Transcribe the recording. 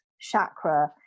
chakra